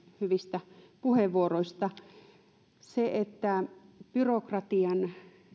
hyvistä puheenvuoroista kun byrokratian